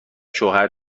شوهر